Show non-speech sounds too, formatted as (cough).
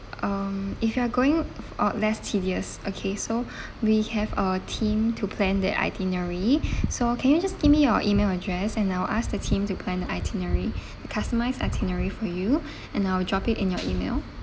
um if you are going of less tedious okay so (breath) we have a team to plan the itinerary (breath) so can you just give me your email address and I'll ask the team to plan the itinerary (breath) the customize itinerary for you (breath) and I'll drop it in your email